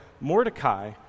Mordecai